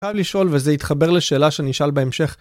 חייב לשאול, וזה יתחבר לשאלה שאני אשאל בהמשך.